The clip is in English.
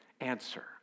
answer